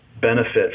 benefit